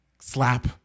slap